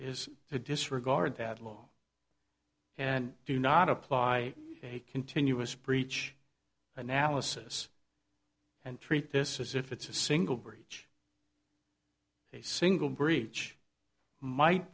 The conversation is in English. is to disregard that law and do not apply a continuous breach analysis and treat this as if it's a single breach a single breach might